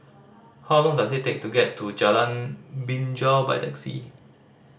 how long does it take to get to Jalan Binja by taxi